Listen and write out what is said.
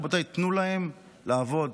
רבותיי, תנו להם לעבוד.